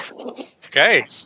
Okay